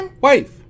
Wife